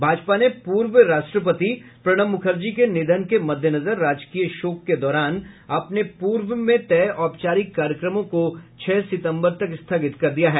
भाजपा ने पूर्व राष्ट्रपति प्रणब मुखर्जी के निधन के मद्देनजर राजकीय शोक के दौरान अपने पूर्व में तय औपचारिक कार्यक्रमों को छह सितम्बर तक स्थगित कर दिया है